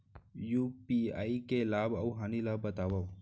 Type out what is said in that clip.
UPI के लाभ अऊ हानि ला बतावव